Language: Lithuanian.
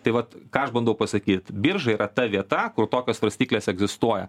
tai vat ką aš bandau pasakyt birža yra ta vieta kur tokios svarstyklės egzistuoja